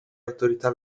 autorità